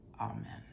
Amen